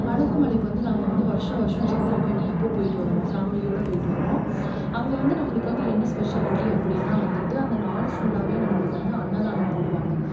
அழகுமலைக்கு வந்து நாங்கள் வந்து வருஷா வருஷம் சித்திரக்கனியப்போ போய்விட்டு வருவோம் ஃபேமிலியோடு போய்விட்டு வருவோம் அங்கே வந்து நம்மளுக்கு வந்து என்ன ஸ்பெஷாலிட்டி அப்படினா வந்துட்டு அந்த நாள் ஃபுல்லாகவே நம்மளுக்கு வந்து அன்னதானம் போடுவாங்க